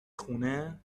خونه